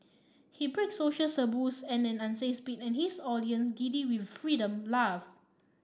he breaks social taboos at an unsafe speed and his audience giddy with freedom laugh